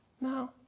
No